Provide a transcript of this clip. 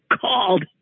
called